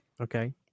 Okay